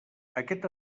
aquest